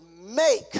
make